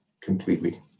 completely